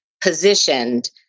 positioned